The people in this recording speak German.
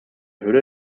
höhle